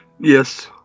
Yes